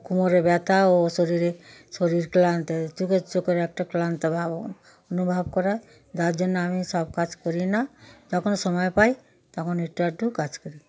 কোমড়ে ব্যথা ও শরীরে শরীর ক্লান্ত চোখের চোখের একটা ক্লান্ত ভাব অনু অনুভব করা যার জন্য আমি সব কাজ করি না যখন সময় পাই তখন একটু আধটু কাজ করি